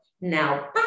now